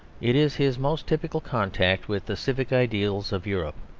it is his most typical contact with the civic ideals of europe.